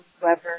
whoever